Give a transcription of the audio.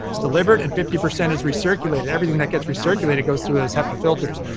it's delivered, and fifty percent is recirculated. everything that gets recirculated goes through those hepa filters.